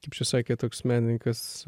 kaip čia sakė toks menininkas